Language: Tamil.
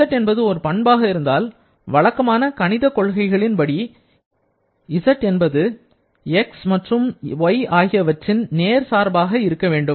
z என்பது ஒரு பண்பாக இருந்தால் வழக்கமான கணித கொள்கைகளின்படி z என்பது x மற்றும் y ஆகியவற்றின் நேர் சார்பாக இருக்க வேண்டும்